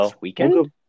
weekend